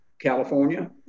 California